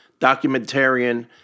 documentarian